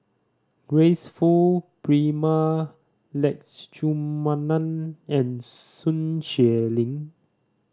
Grace Fu Prema Letchumanan and Sun Xueling